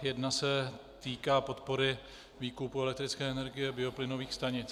Jedna se týká podpory výkupu elektrické energie bioplynových stanic.